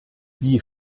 wie